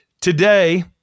today